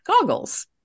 goggles